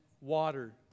water